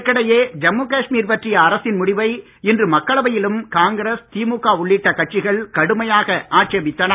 இதற்கிடையே ஜம்மு காஷ்மீர் பற்றிய அரசின் முடிவை இன்று மக்களவையிலும் காங்கிரஸ் திமுக உள்ளிட்ட கட்சிகள் கடுமையாக ஆட்சேபித்தன